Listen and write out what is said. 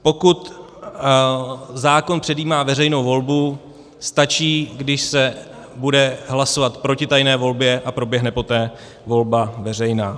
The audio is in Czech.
Pokud zákon předjímá veřejnou volbu, stačí, když se bude hlasovat proti tajné volbě, a proběhne poté volba veřejná.